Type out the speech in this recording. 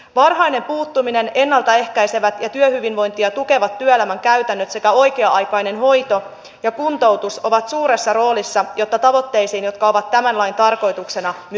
varhainen puuttuminen ennalta ehkäisevät ja työhyvinvointia tukevat työelämän käytännöt sekä oikea aikainen hoito ja kuntoutus ovat suuressa roolissa jotta tavoitteisiin jotka ovat tämän lain tarkoituksena myös päästään